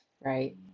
right